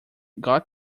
got